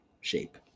shape